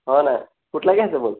हो ना कुठला घ्यायचं बोल